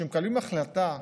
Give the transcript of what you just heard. כשמקבלים החלטה,